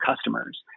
customers